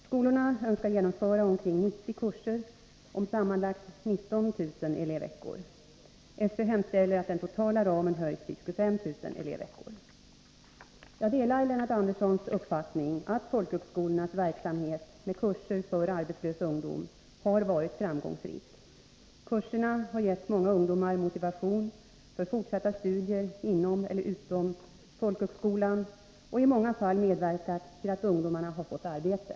Skolorna önskar genomföra omkring 90 kurser om sammanlagt 19 000 elevveckor. SÖ hemställer att den totala ramen höjs till 25 000 elevveckor. Jag delar Lennart Anderssons uppfattning att folkhögskolornas verksamhet med kurser för arbetslös ungdom har varit framgångsrik. Kurserna har gett många ungdomar motivation för fortsatta studier inom eller utom folkhögskolan och i många fall medverkat till att ungdomarna har fått arbete.